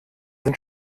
sind